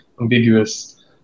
ambiguous